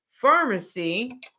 pharmacy